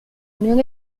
unión